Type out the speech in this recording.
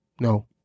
no